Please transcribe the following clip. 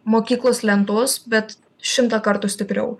mokyklos lentos bet šimtą kartų stipriau